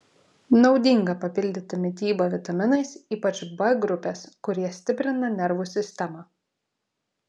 naudinga papildyti mitybą vitaminais ypač b grupės kurie stiprina nervų sistemą